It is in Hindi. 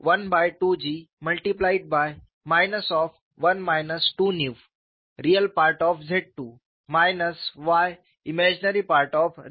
ux12G21 ImZIIyReZII uy12G 1 2ReZII yImZII है